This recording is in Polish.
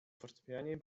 fortepianie